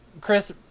Chris